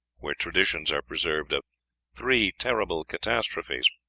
where traditions are preserved of three terrible catastrophes.